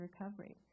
recovery